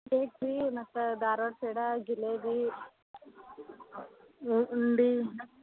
cake ರೀ ಮತ್ತು ಧಾರ್ವಾಡ ಪೇಡ ಜಿಲೇಬಿ ಉಂಡೆ